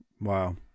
wow